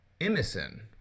Emerson